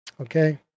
Okay